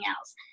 else